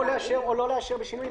או לאשר או לא לאשר בשינויים,